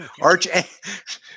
Arch